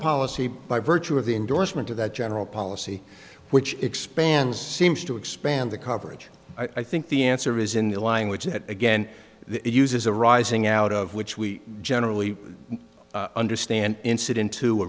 policy by virtue of the endorsement of that general policy which expands seems to expand the coverage i think the answer is in the lying which it again uses arising out of which we generally understand incident to